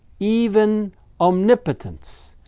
even omnipotence,